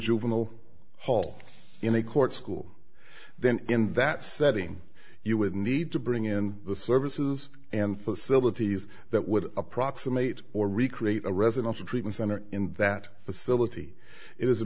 juvenile hall in a court school then in that setting you would need to bring in the services and facilities that would approximate or recreate a residential treatment center in that facility it is a